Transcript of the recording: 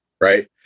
right